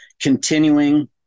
Continuing